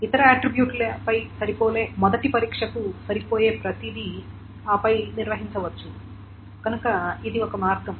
ఇతర ఆట్రిబ్యూట్లపై సరిపోలే మొదటి పరీక్షకు సరిపోయే ప్రతిదీ ఆపై నిర్వహించవచ్చు కనుక ఇది ఒక మార్గం